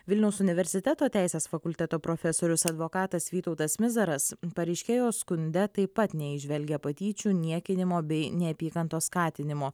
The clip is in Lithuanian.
vilniaus universiteto teisės fakulteto profesorius advokatas vytautas mizaras pareiškėjo skunde taip pat neįžvelgia patyčių niekinimo bei neapykantos skatinimo